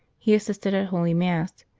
he assisted at holy mass,